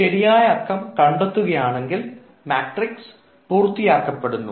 ശരിയായ അക്കം കണ്ടെത്തുകയാണെങ്കിൽ മാട്രിക്സ് പൂർത്തിയാകപ്പെടുന്നു